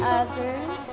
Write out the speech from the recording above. others